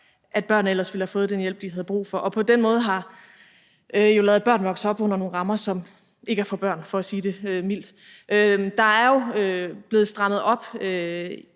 før børnene ellers ville have fået den hjælp, de havde brug for, og som på den måde har ladet børn vokse op under nogle rammer, som ikke er for børn, for at sige det mildt. Der er jo blevet strammet op